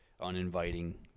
uninviting